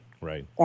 Right